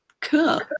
Cool